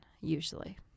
usually